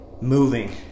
moving